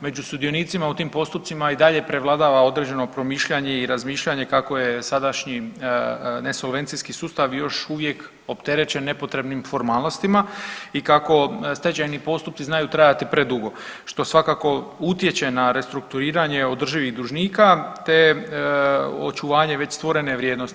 Među sudionicima u tim postupcima i dalje prevladava određeno promišljanje i razmišljanje kako je sadašnji nesolvencijski sustav još uvijek opterećen nepotrebnim formalnostima i kako stečajni postupci znaju trajati predugo što svakako utječe na restrukturiranje održivih dužnika te očuvanje već stvorene vrijednosti.